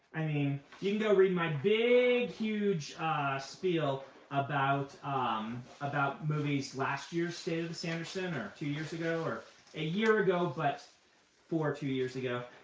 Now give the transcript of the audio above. i mean, you can go read my big, huge spiel about um about movies, last year's state of the sanderson, or two years ago, or a year ago, but for two years ago,